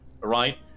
right